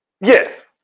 Yes